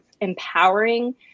empowering